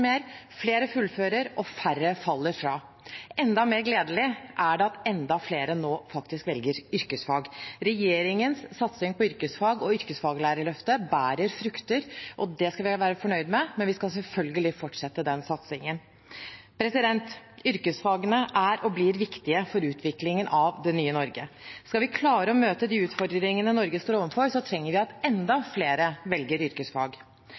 mer, flere fullfører, og færre faller fra. Enda mer gledelig er det at enda flere nå velger yrkesfag. Regjeringens satsing på yrkesfag og Yrkesfaglærerløftet bærer frukter. Det skal vi være fornøyd med, men vi skal selvfølgelig fortsette den satsingen. Yrkesfagene er og blir viktige for utviklingen av det nye Norge. Skal vi klare å møte de utfordringene Norge står overfor, trenger vi at enda flere velger yrkesfag.